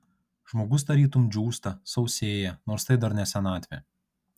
žmogus tarytum džiūsta sausėja nors tai dar ne senatvė